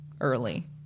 early